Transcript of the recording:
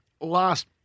last